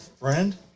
Friend